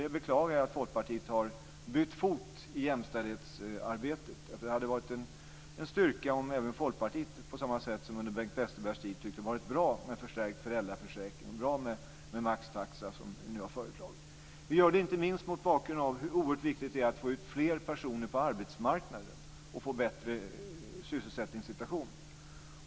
Jag beklagar att Folkpartiet har bytt fot i jämställdhetsarbetet. Det hade varit en styrka om även Folkpartiet på samma sätt som under Bengt Westerbergs tid tyckt det varit bra med förstärkt föräldraförsäkring och maxtaxa som vi nu har föreslagit. Vi gör det inte minst mot bakgrund av hur oerhört viktigt det är att få ut fler personer på arbetsmarknaden och få bättre syssesättningssituation.